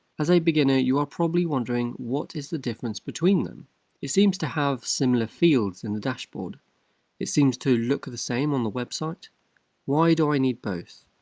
as a beginner you are probably wondering what is the difference between them it seems to have similar fields in the dashboard it seems to look the same on the website why do i need both?